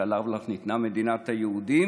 / שעליו לך ניתנה מדינת היהודים".